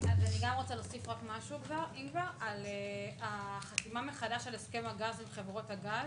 אני גם רוצה להוסיף משהו אם כבר: החתימה מחדש על הסכם הגז עם חברות הגז.